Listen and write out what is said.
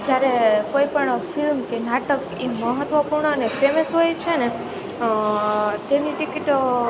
જ્યારે કોઈપણ ફિલ્મ કે નાટક એ મહત્ત્વપૂર્ણ અને ફેમસ હોય છે ને તેની ટિકિટ